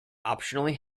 optionally